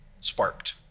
sparked